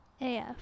AF